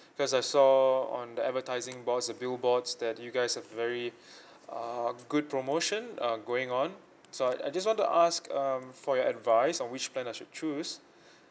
because I saw on the advertising boards the billboards that you guys have very uh good promotion uh going on so I I just want to ask um for your advice on which plan I should choose